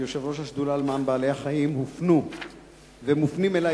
כיושב-ראש השדולה למען בעלי-החיים הופנו ומופנות אלי